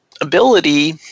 ability